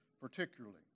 particularly